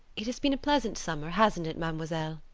it has been a pleasant summer, hasn't it, mademoiselle?